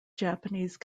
japanese